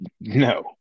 no